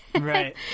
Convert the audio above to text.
right